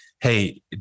Hey